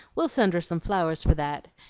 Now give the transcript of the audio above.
we'll send her some flowers for that.